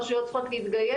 הרשויות צריכות להתגייס,